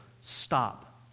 stop